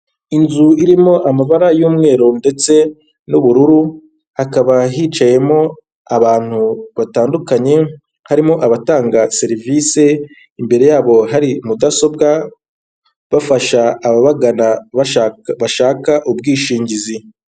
Inzu irimo amabara y'umweru ndetse n'ubururu, hakaba hicayemo abantu batandukanye harimo abatanga serivisi imbere yabo hari mudasobwa bafasha aba bagana bashaka ubwishingizi.